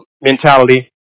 mentality